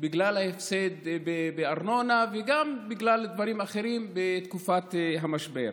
בגלל ההפסד בארנונה וגם בגלל דברים אחרים בתקופת המשבר.